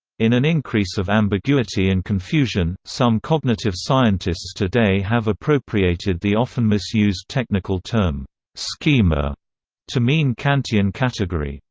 in an increase of ambiguity and confusion, some cognitive scientists today have appropriated the often-misused technical term schema to mean kantian category.